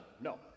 no